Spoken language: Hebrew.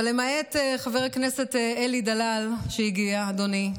אבל למעט חבר הכנסת אלי דלל שהגיע, אדוני,